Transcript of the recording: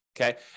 Okay